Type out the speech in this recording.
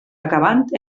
acabant